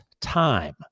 time